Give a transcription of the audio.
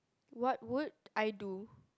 what would I do